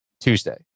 Tuesday